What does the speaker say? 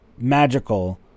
Magical